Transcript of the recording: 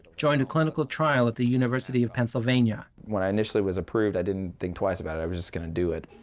joined a clinical trial at the university of pennsylvania. when i initially was approved, i didn't think twice about it. i was just going to do it.